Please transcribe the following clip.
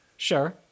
Sure